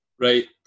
Right